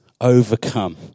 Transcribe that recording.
overcome